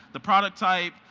the product type,